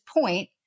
point